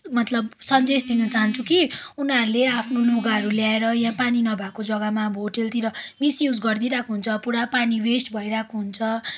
मतलब सन्देश दिन चाहन्छु कि उनीहरूले आफ्नो लुगाहरू ल्याएर यहाँ पानी नभएको जग्गामा अब होटलतिर मिसयुज गरिदिई रहेको हुन्छ पुरा पानी वेस्ट भइरहेको हुन्छ